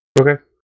Okay